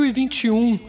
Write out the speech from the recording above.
2021